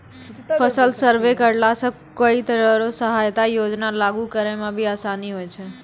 फसल सर्वे करैला सॅ कई तरह के सहायता योजना लागू करै म भी आसानी होय छै